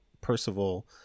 Percival